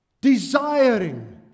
desiring